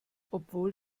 obwohl